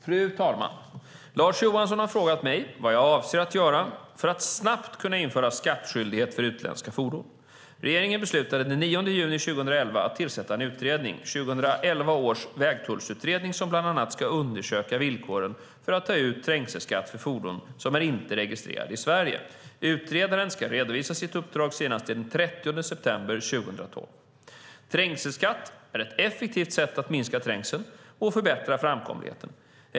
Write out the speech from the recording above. Fru talman! Lars Johansson har frågat mig vad jag avser att göra för att snabbt kunna införa skattskyldighet för utländska fordon. Regeringen beslutade den 9 juni 2011 att tillsätta en utredning, 2011 års vägtullsutredning, som bland annat ska undersöka villkoren för att ta ut trängselskatt för fordon som inte är registrerade i Sverige. Utredaren ska redovisa sitt uppdrag senast den 30 september 2012. Trängselskatt är ett effektivt sätt att minska trängseln och förbättra framkomligheten.